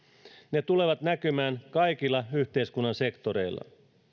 ne tulevat näkymään kaikilla yhteiskunnan sektoreilla